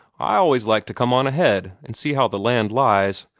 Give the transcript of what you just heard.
i always like to come on ahead, and see how the land lies.